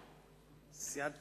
בבקשה.